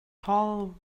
tall